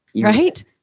right